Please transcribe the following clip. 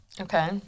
Okay